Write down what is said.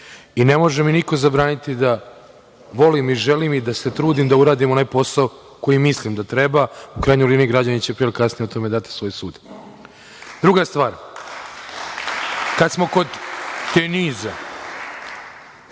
može mi niko zabraniti da volim, da želim, da se trudim da uradim onaj posao koji mislim da treba. U krajnjoj liniji, građani će pre ili kasnije o tome dati svoj sud. Druga stvar, kada smo kod „teniza“,